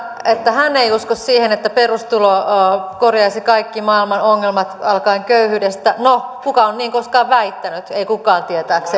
hän ei usko siihen että perustulo korjaisi kaikki maailman ongelmat alkaen köyhyydestä no kuka on niin koskaan väittänyt ei kukaan tietääkseni